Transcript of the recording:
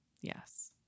Yes